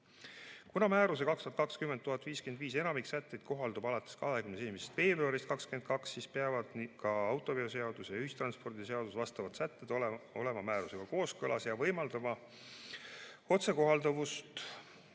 Kuna määruse 2020/1055 enamik sätteid kohaldub alates 21. veebruarist 2022, siis peavad ka autoveoseaduse ja ühistranspordiseaduse vastavad sätted olema määrusega kooskõlas ja võimaldama otsekohalduvust